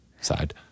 side